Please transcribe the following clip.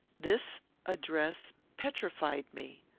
this address petrified me.